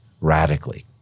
radically